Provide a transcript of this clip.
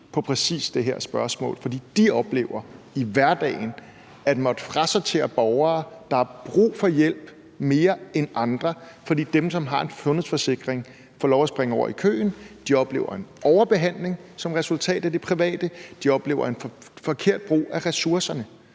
på præcis det her spørgsmål, for de oplever i hverdagen at måtte frasortere borgere, der har brug for hjælp mere end andre, fordi dem, som har en sundhedsforsikring, får lov at springe over i køen. De oplever en overbehandling som resultat af det private, de oplever en forkert brug af ressourcerne.